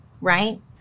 right